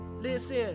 Listen